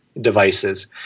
devices